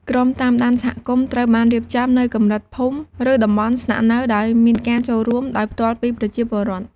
ក្រុមតាមដានសហគមន៍ត្រូវបានរៀបចំនៅកម្រិតភូមិ ឬតំបន់ស្នាក់នៅដោយមានការចូលរួមដោយផ្ទាល់ពីប្រជាពលរដ្ឋ។